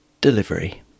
Delivery